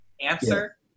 answer